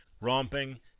romping